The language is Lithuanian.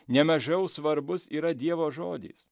nemažiau svarbus yra dievo žodis